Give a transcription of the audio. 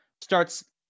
Starts